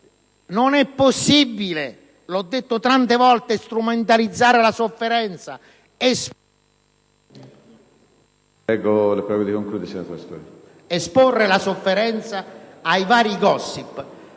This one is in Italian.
Non è possibile - l'ho detto tante volte - strumentalizzare la sofferenza, esporre la sofferenza ai vari *gossip*.